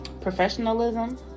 professionalism